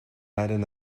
leiden